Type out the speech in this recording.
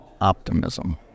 optimism